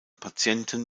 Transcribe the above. patienten